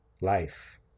life